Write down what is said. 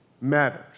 matters